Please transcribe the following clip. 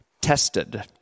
tested